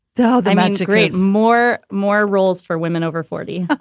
so they match a great more more roles for women over forty.